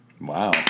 Wow